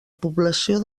població